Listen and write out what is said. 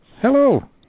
Hello